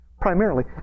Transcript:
primarily